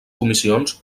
comissions